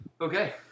okay